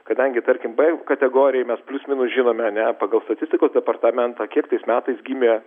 kadangi tarkim b kategorijai mes plius minus žinom ne pagal statistikos departamentą kiek tais metais gimė